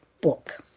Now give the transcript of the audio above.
book